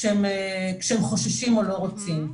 כשהם חוששים או לא רוצים.